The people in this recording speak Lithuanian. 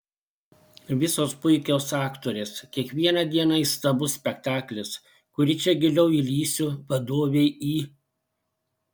visos puikios aktorės kiekvieną dieną įstabus spektaklis kuri čia giliau įlįsiu vadovei į